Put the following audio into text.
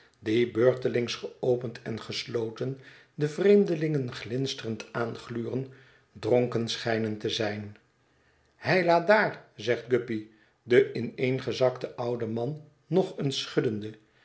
die beurtelings geopend en gesloten de vreemdelingen glinsterend aangluren dronken schijnen te zijn heila daar zegt guppy den ineengezakten ouden man nog eens schuddende